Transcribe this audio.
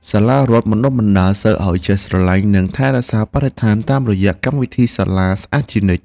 សាលារដ្ឋបណ្តុះបណ្តាលសិស្សឱ្យចេះស្រឡាញ់និងថែរក្សាបរិស្ថានតាមរយៈកម្មវិធីសាលាស្អាតជានិច្ច។